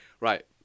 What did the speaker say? right